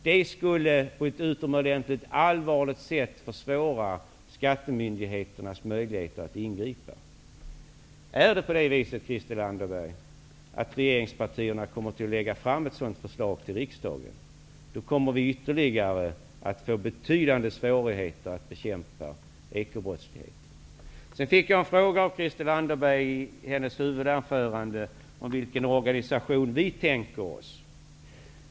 Det skulle på ett utomordentligt allvarligt sätt försvåra skattemyndigheternas möjligheter att ingripa. Är det på det viset Christel Anderberg, att regeringspartierna kommer att lägga fram ett sådant förslag på riksdagens bord? Då kommer vi att få ytterligare betydande svårigheter att bekämpa ekobrottsligheten. Christel Anderberg ställde i sitt huvudanförande frågan om vilken organisation som vi socialdemokrater tänker oss.